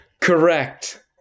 Correct